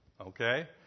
Okay